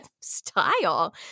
style